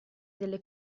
delle